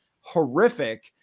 horrific